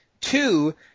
two